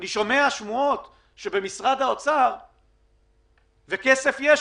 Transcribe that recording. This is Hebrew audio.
הרי כסף יש,